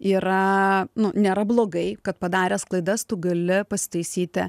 yra nu nėra blogai kad padaręs klaidas tu gali pasitaisyti